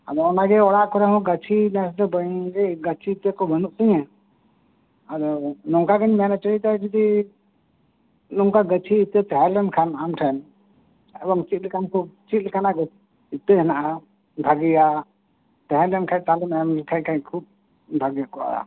ᱟᱫᱚ ᱚᱱᱟ ᱜᱮ ᱚᱲᱟᱜ ᱠᱚᱨᱮ ᱦᱚᱸ ᱜᱟᱹᱪᱷᱤ ᱱᱮᱥᱫᱚ ᱵᱟᱹᱧ ᱜᱟᱹᱪᱷᱤ ᱤᱛᱟᱹ ᱠᱚ ᱵᱟᱱᱩᱜ ᱛᱤᱧᱟ ᱱᱚᱝᱠᱟᱜᱮᱤᱧ ᱢᱮᱱ ᱚᱪᱚᱭᱮᱫᱟ ᱡᱩᱫᱤ ᱱᱚᱝᱠᱟ ᱜᱟᱹᱪᱷᱤ ᱤᱛᱟᱹ ᱛᱟᱸᱦᱮ ᱞᱮᱱᱠᱷᱟᱱ ᱟᱢᱴᱷᱮᱱ ᱮᱵᱚᱝ ᱪᱮᱫᱞᱟᱠᱟᱱ ᱪᱮᱫ ᱞᱮᱠᱟᱱᱟᱜ ᱤᱛᱟᱹ ᱦᱮᱱᱟᱜ ᱟ ᱵᱷᱟᱜᱤᱭᱟᱜ ᱛᱟᱸᱦᱮ ᱞᱮᱱᱠᱷᱟᱡ ᱛᱟᱦᱚᱞᱮᱢ ᱮᱢ ᱞᱮᱠᱷᱟᱡ ᱠᱷᱩᱵ ᱵᱷᱟᱜᱮ ᱠᱚᱜ ᱟ